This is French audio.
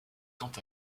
quant